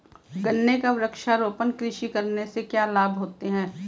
गन्ने की वृक्षारोपण कृषि करने से क्या लाभ होते हैं?